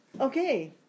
okay